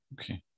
Okay